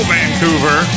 Vancouver